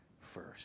first